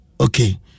Okay